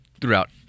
throughout